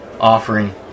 offering